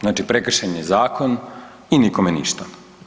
Znači prekršen je zakon i nikome ništa.